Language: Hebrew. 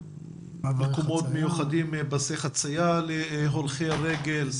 פסי חציה להולכי רגל,